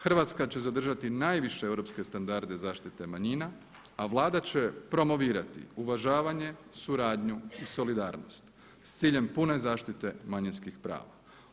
Hrvatska će zadržati najviše europske standarde zaštite manjina a Vlada će promovirati uvažavanje, suradnju i solidarnost s ciljem pune zaštite manjinskih prava.